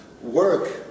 work